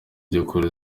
by’ukuri